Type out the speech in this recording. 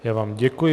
Já vám děkuji.